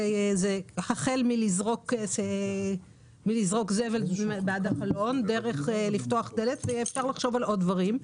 החל מזריקת זבל מהחלון דרך לפתוח דלת ואפשר לחשוב על עוד דברים.